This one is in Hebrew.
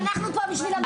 גם אנחנו פה בשביל המדינה.